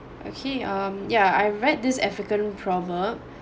okay um yeah I read this african proverb